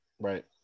right